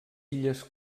illes